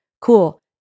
cool